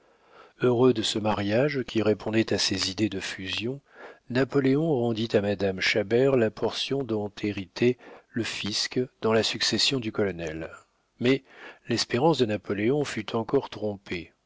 heureux de ce mariage qui répondait à ses idées de fusion napoléon rendit à madame chabert la portion dont héritait le fisc dans la succession du colonel mais l'espérance de napoléon fut encore trompée